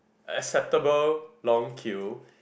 acceptable long queue